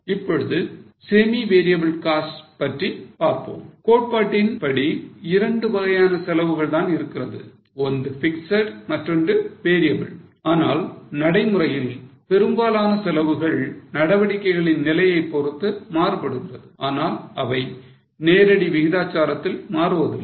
இப்பொழுது semi variable costs பற்றி பார்ப்போம் கோட்பாட்டின்படி இரண்டு வகையான செலவுகள் தான் இருக்கிறது ஒன்று fixed மற்றொன்று variable ஆனால் நடைமுறையில் பெரும்பாலான செலவுகள் நடவடிக்கையின் நிலையை பொறுத்து மாறுபடுகிறது ஆனால் அவை நேரடி விகிதாச்சாரத்தில் மாறுவதில்லை